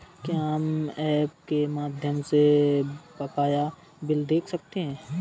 क्या हम ऐप के माध्यम से बकाया बिल देख सकते हैं?